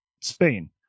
Spain